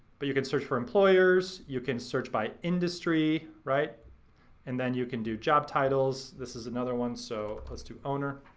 but you can search for employers, you can search by industry, and then you can do job titles. this is another one. so let's do owner.